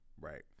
Right